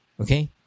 Okay